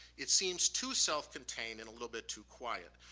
it seems too self-contained and a little bit too quiet.